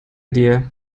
dir